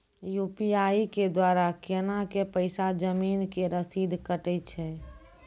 UPI के द्वारा केना कऽ पैसा जमीन के रसीद कटैय छै?